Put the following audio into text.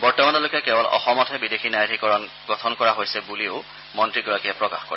বৰ্তমানলৈকে কেৱল অসমতহে বিদেশী ন্যায়াধীকৰণ গঠন কৰা হৈছে বুলিও মন্ত্ৰীগৰাকীয়ে প্ৰকাশ কৰে